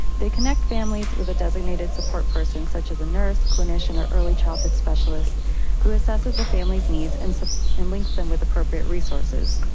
they connect families with a designated support person such as a nurse, clinician or early childhood specialist who assesses the family's needs and so and links them with appropriate resources,